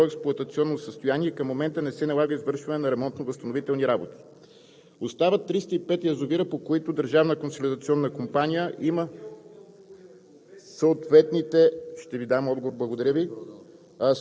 За 20 язовира са получени становища от общините, че са привели язовирите в добро експлоатационно състояние и към момента не се налага извършване на ремонтно-възстановителни работи. Остават 305 язовира, по които Държавната консолидационна компания има